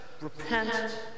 repent